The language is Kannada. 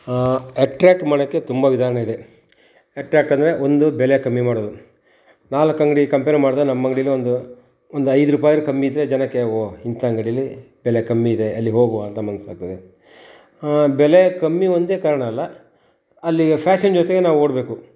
ಎಟ್ರ್ಯಾಕ್ಟ್ ಮಾಡೋಕೆ ತುಂಬ ವಿಧಾನ ಇದೆ ಎಟ್ರ್ಯಾಕ್ಟ್ ಅಂದರೆ ಒಂದು ಬೆಲೆ ಕಮ್ಮಿ ಮಾಡೋದು ನಾಲ್ಕು ಅಂಗ್ಡಿಗೆ ಕಂಪೇರ್ ಮಾಡಿದ್ರೆ ನಮ್ಮ ಅಂಗ್ಡೀಲಿ ಒಂದು ಒಂದು ಐದು ರೂಪಾಯಾದ್ರು ಕಮ್ಮಿ ಇದ್ರೆ ಜನಕ್ಕೆ ಓ ಇಂಥ ಅಂಗಡೀಲಿ ಬೆಲೆ ಕಮ್ಮಿ ಇದೆ ಅಲ್ಲಿಗೆ ಹೋಗುವ ಅಂತ ಮನಸ್ಸಾಗ್ತದೆ ಹಾಂ ಬೆಲೆ ಕಮ್ಮಿ ಒಂದೇ ಕಾರಣ ಅಲ್ಲ ಅಲ್ಲಿಗೆ ಫ್ಯಾಷನ್ ಜೊತೆಗೆ ನಾವು ಓಡಬೇಕು